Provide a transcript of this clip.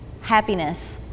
happiness